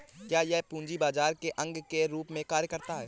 क्या यह पूंजी बाजार के अंग के रूप में कार्य करता है?